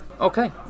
Okay